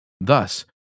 Thus